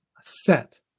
set